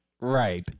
Right